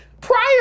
Prior